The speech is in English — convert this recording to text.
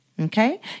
okay